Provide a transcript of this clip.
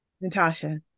Natasha